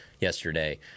yesterday